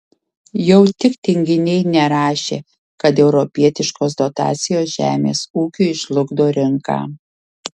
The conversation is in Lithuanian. jau tik tinginiai nerašė kad europietiškos dotacijos žemės ūkiui žlugdo rinką